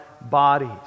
bodies